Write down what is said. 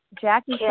Jackie